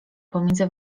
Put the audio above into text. pomiędzy